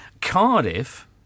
Cardiff